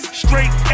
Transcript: straight